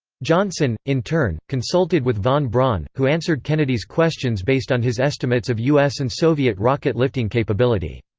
johnson, in turn, consulted with von braun, who answered kennedy's questions based on his estimates of us and soviet rocket lifting capability.